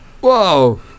Whoa